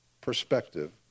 perspective